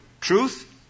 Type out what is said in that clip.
truth